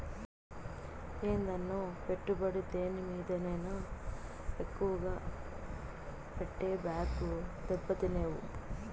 ఏందన్నో, పెట్టుబడి దేని మీదైనా ఎక్కువ పెట్టబాకు, దెబ్బతినేవు